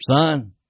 son